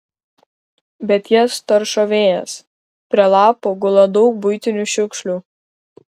bet jas taršo vėjas prie lapų gula daug buitinių šiukšlių